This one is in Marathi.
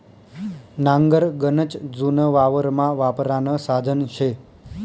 नांगर गनच जुनं वावरमा वापरानं साधन शे